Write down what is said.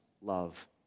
love